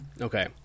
Okay